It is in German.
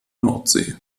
nordsee